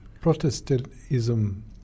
Protestantism